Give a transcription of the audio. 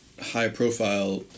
high-profile